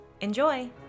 Enjoy